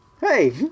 Hey